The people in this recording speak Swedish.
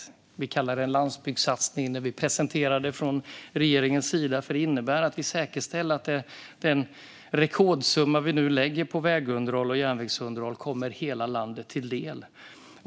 Från regeringens sida kallar vi det en landsbygdssatsning när vi presenterar det, för det innebär att vi säkerställer att den rekordsumma vi nu lägger på väg och järnvägsunderhåll kommer hela landet till del.